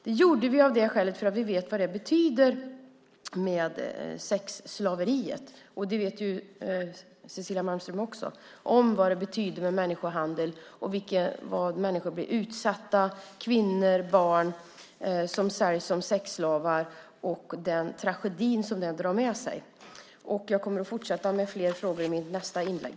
Detta gjorde vi av det skälet att vi vet vad det betyder med sexslaveriet. Cecilia Malmström vet också vad det betyder med människohandel, att människor blir utsatta och att kvinnor och barn säljs som sexslavar, och den tragedi som det drar med sig. Jag kommer att fortsätta med fler frågor i mitt nästa inlägg.